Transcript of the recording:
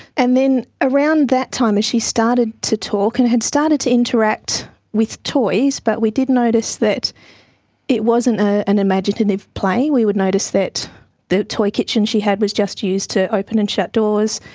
and then around that time she started to talk and had started to interact with toys, but we did notice that it wasn't an imaginative play. we would notice that the toy kitchen she had was just used to open and shut doors,